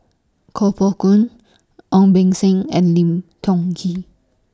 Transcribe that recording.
Koh Poh Koon Ong Beng Seng and Lim Tiong Ghee